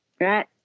right